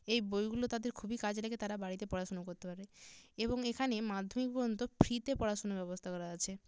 এই বইগুলো তাদের খুবই কাজে লাগে তারা বাড়িতে পড়াশুনো করতে পারে এবং এখানে মাধ্যমিক পর্যন্ত ফ্রিতে পড়াশুনোর ব্যবস্থা করা আছে